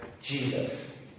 Jesus